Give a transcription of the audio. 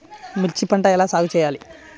మిర్చి పంట ఎలా సాగు చేయాలి?